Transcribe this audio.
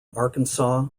arkansas